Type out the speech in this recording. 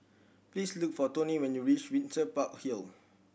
please look for Toni when you reach Windsor Park Hill